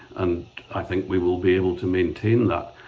and i think we will be able to maintain that,